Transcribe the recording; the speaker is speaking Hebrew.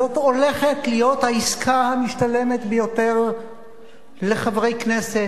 זאת הולכת להיות העסקה המשתלמת ביותר לחברי כנסת,